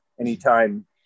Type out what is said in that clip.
anytime